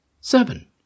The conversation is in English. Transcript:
seven